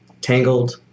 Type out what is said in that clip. Tangled